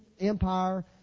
Empire